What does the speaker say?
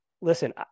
listen